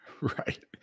Right